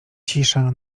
cisza